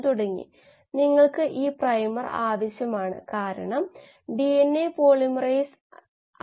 ചില ജനിതക പ്രകാരം നമുക്ക് എൻസൈമുകൾ മുറിച്ചുമാറ്റാൻ കഴിയുമെങ്കിൽ ഈ ശാഖ മുറിച്ചുമാറ്റാം ഈ ശാഖയും ഛേദിക്കപ്പെടും നമുക്ക് പറയാം അപ്പോൾ ഈ C D പരിവർത്തനം നടക്കില്ല